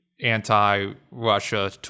anti-Russia